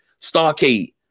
Starcade